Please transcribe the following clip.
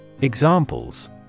Examples